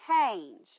change